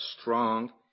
strong